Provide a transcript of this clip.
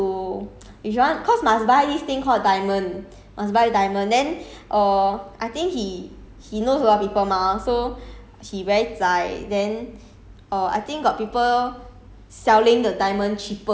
ya lor then his friend was the one who say like orh you if you if you want to if you want cause must buy this thing called diamond must buy diamond then err I think he he knows a lot of people mah so he very zai then